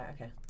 okay